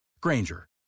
Granger